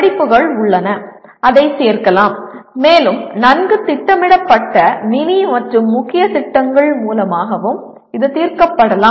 படிப்புகள் உள்ளன அதைச் சேர்க்கலாம் மேலும் நன்கு திட்டமிடப்பட்ட மினி மற்றும் முக்கிய திட்டங்கள் மூலமாகவும் இது தீர்க்கப்படலாம்